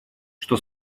что